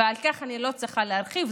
ועל כך אני לא צריכה להרחיב,